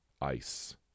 ice